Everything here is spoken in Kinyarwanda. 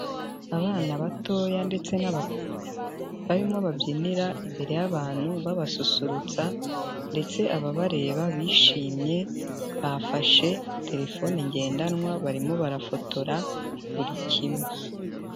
Abana batoya ndetse n'abakuru, barimo babyinira imbere y'abantu babasusurutsa ndetse ababareba bishimye, bafashe telefone ngendanwa barimo barafotora buri kimwe.